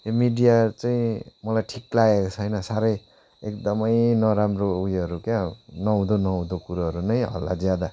यो मिडियाहरू चाहिँ मलाई ठिक लागेको छैन साह्रै एकदमै नराम्रो उयोहरू क्या हो नहुँदो नहुँदो कुरोहरू नै हल्ला ज्यादा